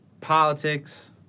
politics